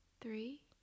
three